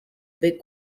big